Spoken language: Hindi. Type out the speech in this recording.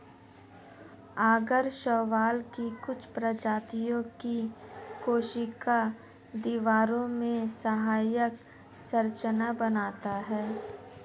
आगर शैवाल की कुछ प्रजातियों की कोशिका दीवारों में सहायक संरचना बनाता है